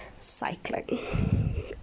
cycling